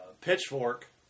pitchfork